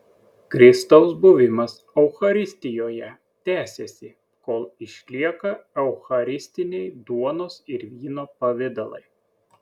kristaus buvimas eucharistijoje tęsiasi kol išlieka eucharistiniai duonos ir vyno pavidalai